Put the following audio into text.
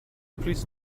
please